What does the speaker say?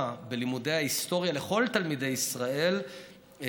בלימודי ההיסטוריה לכל תלמידי ישראל,